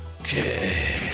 Okay